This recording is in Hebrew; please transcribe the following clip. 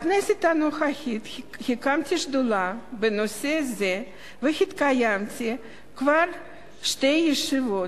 בכנסת הנוכחית הקמתי שדולה בנושא זה והתקיימו כבר שתי ישיבות,